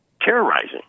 terrorizing